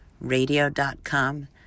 radio.com